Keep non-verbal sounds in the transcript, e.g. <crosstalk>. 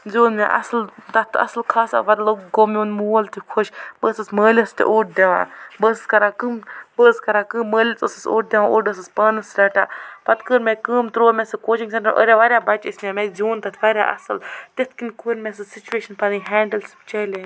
زیوٗن مےٚ اَصٕل تَتھ تہٕ اَصٕل خاصا پَتہٕ لوٚگ گوٚو میون مول تہِ خوش بہٕ ٲسٕس مٲلِس تہِ اوٚڑ دِوان بہٕ ٲسٕس کران کٲم بہٕ ٲسٕس کران کٲم مٲلِس ٲسٕس اوٚڑ دِوان اوٚڑ ٲسٕس پانَس رَٹان پَتہٕ کٔر مےٚ کٲم ترٛوو مےٚ سُہ کوچِنٛگ سٮ۪نٛٹَر <unintelligible> واریاہ واریاہ بَچہٕ ٲس مےٚ مےٚ زیوٗن تَتھ واریاہ اَصٕل تِتھ کٔنۍ کوٚر مےٚ سُہ سٕچویشَن پَنٕنۍ ہینٛڈٕل سُہ چٮ۪لینٛج